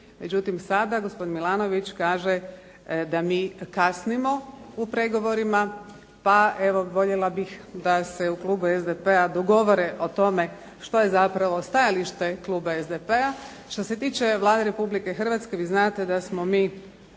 Međutim, sada gospodin Milanović kaže da mi kasnimo u pregovorima, pa evo voljela bih da se u Klubu SDP-a dogovore o tome što je zapravo stajalište Kluba SDP-a. Što se tiče Vlade Republike Hrvatske, vi znate da smo mi